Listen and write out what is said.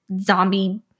zombie –